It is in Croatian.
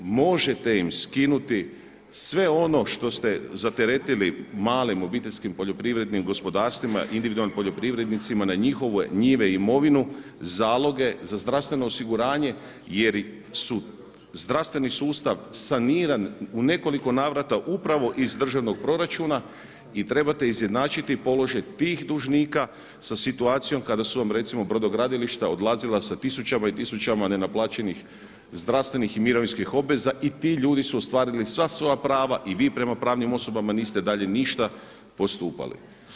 Možete im skinuti sve ono što ste zateretili malim OPG-ovima, individualnim poljoprivrednicima na njihove njive i imovinu zaloge za zdravstveno osiguranje jer su zdravstveni sustav saniran u nekoliko navrata upravo iz državnog proračuna i trebate izjednačiti položaj tih dužnika sa situacijom kada su vam recimo brodogradilišta odlazila sa tisućama i tisućama nenaplaćenih zdravstvenih i mirovinskih obveza i ti ljudi su ostvarili sva svoja prava i vi prema pravnim osobama niste dalje ništa postupali.